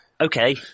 Okay